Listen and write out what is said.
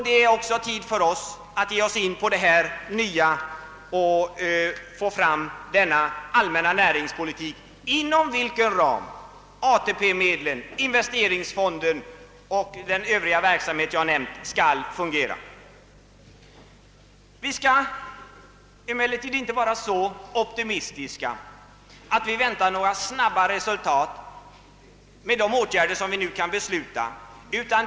Det är därför tid för oss att ge oss på detta nya och skapa den allmänna näringspolitik inom vars ram ATP medlen, investeringsfonden och den övriga verksamhet jag nämnt skall fungera. Vi skall emellertid inte vara så optimistiska att vi väntar oss några snabba resultat av de åtgärder som vi nu beslutar.